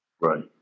Right